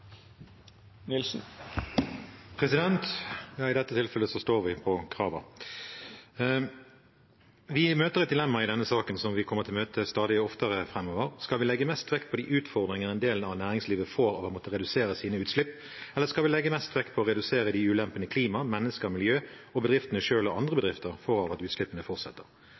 I dette tilfellet står vi på kravene. Vi møter et dilemma i denne saken som vi kommer til å møte stadig oftere framover: Skal vi legge mest vekt på de utfordringene en del av næringslivet får av å måtte redusere sine utslipp, eller skal vi legge mest vekt på å redusere de ulempene klimaet, menneskene, miljøet og bedriftene selv og andre bedrifter får av at utslippene fortsetter?